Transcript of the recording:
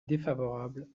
défavorable